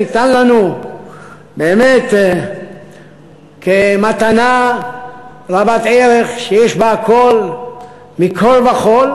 שניתן לנו באמת כמתנה רבת ערך שיש בה הכול מכול כול,